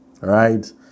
right